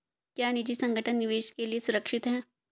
क्या निजी संगठन निवेश के लिए सुरक्षित हैं?